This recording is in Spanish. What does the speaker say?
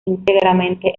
íntegramente